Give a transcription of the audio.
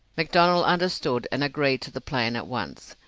mcdonnell understood, and agreed to the plan at once.